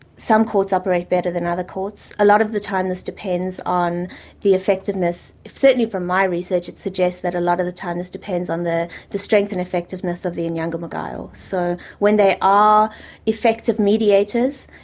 some courts operated better than other courts. a lot of the time this depends on the effectiveness certainly from my research it suggests that a lot of the time this depends on the the strength and effectiveness of the inyangamugayos. so when they are effective mediators,